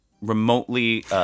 remotely